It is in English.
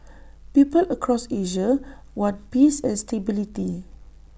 people across Asia want peace and stability